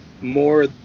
more